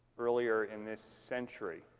earlier in this century.